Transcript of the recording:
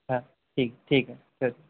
हां ठीक ठीक आहे